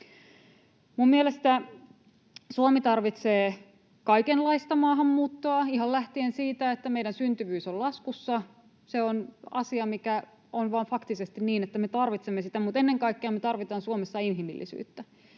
mielestäni Suomi tarvitsee kaikenlaista maahanmuuttoa, ihan lähtien siitä, että meidän syntyvyys on laskussa. Se on asia, mikä on vain faktisesti niin, että me tarvitsemme sitä, mutta ennen kaikkea me tarvitsemme Suomessa inhimillisyyttä,